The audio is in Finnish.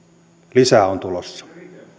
lisää on tulossa